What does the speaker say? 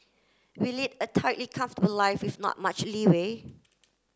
we lead a tightly comfortable life with not much leeway